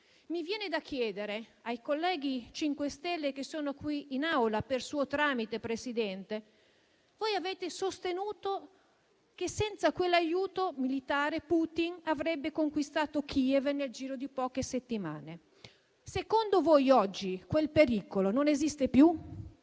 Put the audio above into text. Mi viene da chiedere una cosa ai colleghi 5 Stelle che sono qui in Aula (per suo tramite, Presidente): avete sostenuto che, senza quell'aiuto militare, Putin avrebbe conquistato Kiev nel giro di poche settimane; secondo voi oggi quel pericolo non esiste più?